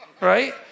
right